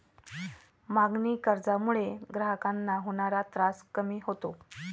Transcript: मागणी कर्जामुळे ग्राहकांना होणारा त्रास कमी होतो